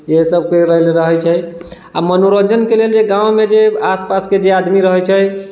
इएह सबके रहै छै आओर मनोरञ्जनके लेल जे गाममे जे आसपासके जे आदमी रहै छै